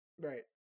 right